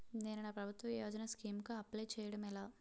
నేను నా ప్రభుత్వ యోజన స్కీం కు అప్లై చేయడం ఎలా?